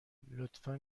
لطفا